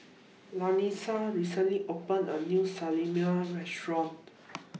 recently opened A New Salami Restaurant